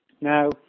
Now